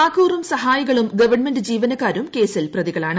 താക്കൂറും സഹായികളും ഗവൺമെന്റ് ജീവനക്കാരും കേസിൽ പ്രതികളാണ്